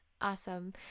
awesome